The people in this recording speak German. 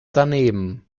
daneben